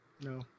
No